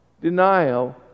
denial